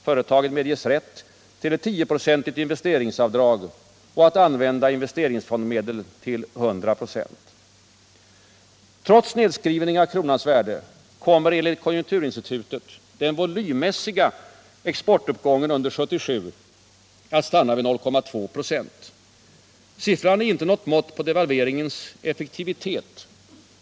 Företagen medges också rätt att utnyttja ett tioprocentigt investeringsbidrag och att använda investeringsfondsmedlen till 100 96. Trots nedskrivningen av kronans värde kommer enligt konjunkturinstitutet den volymmässiga exportuppgången under 1977 att stanna vid 0,2 26. Siffran är inte något mått på devalveringens effektivitet.